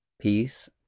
peace